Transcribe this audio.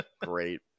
Great